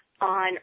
on